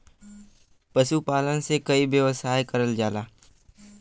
पशुपालन से कई व्यवसाय करल जाला